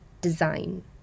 design